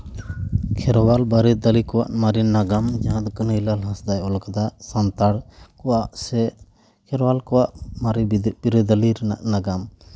ᱠᱷᱮᱨᱣᱟᱞ ᱵᱤᱨᱟᱹᱫᱟᱹᱞᱤ ᱠᱚᱣᱟᱜ ᱢᱟᱨᱮ ᱱᱟᱜᱟᱢ ᱡᱟᱦᱟᱸ ᱫᱚ ᱠᱟᱹᱱᱟᱹᱭᱞᱟᱞ ᱦᱟᱸᱥᱫᱟᱭ ᱚᱞ ᱠᱟᱫᱟ ᱥᱟᱱᱛᱟᱲ ᱠᱚᱣᱟᱜ ᱥᱮ ᱠᱷᱮᱨᱣᱟᱞ ᱠᱚᱣᱟᱜ ᱢᱟᱨᱮ ᱵᱤᱨᱟᱹᱫᱟᱹᱞᱤ ᱨᱮᱱᱟᱜ ᱱᱟᱜᱟᱢ